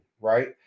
right